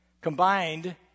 combined